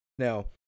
Now